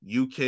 UK